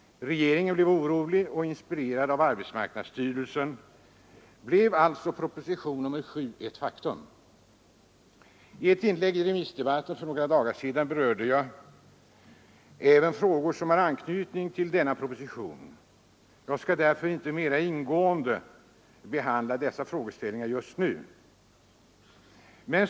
Regeringen blev orolig, och inspirerad av arbetsmarknadsstyrelsen blev alltså propositionen nr 7 ett faktum. I ett inlägg i remissdebatten för några dagar sedan berörde jag även frågor som har anknytning till denna proposition. Jag skall därför inte mera ingående behandla dessa frågeställningar just nu.